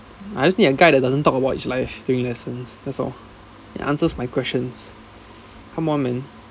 I just need a guy that doesn't talk about his life during lessons that's all he answers my questions come on man